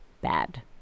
bad